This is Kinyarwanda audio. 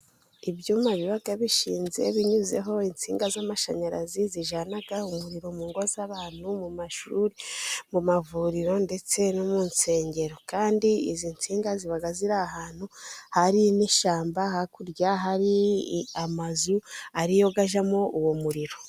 Ibyuma biba bishinze binyuzeho insinga z'amashanyarazi, zijyana umuriro mu ngo z'abantu, mu mashuri, mu mavuriro ndetse no mu nsengero kandi izi nsinga ziba zir'ahantu hari n'ishyamba, hakurya hari amazu ariyo ajyamo uwo muriro.